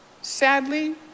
Sadly